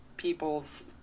people's